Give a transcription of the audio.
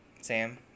Sam